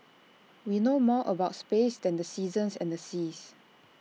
we know more about space than the seasons and the seas